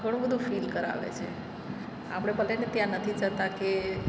ઘણું બધું ફિલ કરાવે છે આપણે ભલે ને ત્યાં નથી જતા કે